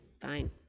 fine